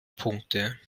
punkte